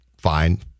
fine